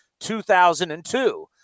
2002